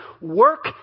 Work